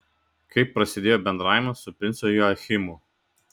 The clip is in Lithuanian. kaip prasidėjo bendravimas su princu joachimu